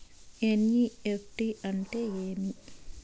NEFT అంటే ఏమి